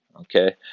Okay